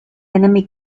enemy